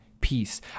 peace